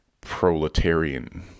proletarian